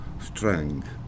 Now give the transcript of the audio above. strength